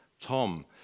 Tom